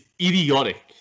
idiotic